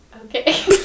Okay